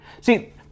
See